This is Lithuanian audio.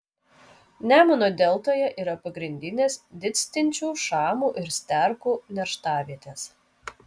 nemuno deltoje yra pagrindinės didstinčių šamų ir sterkų nerštavietės